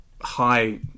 high